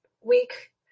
week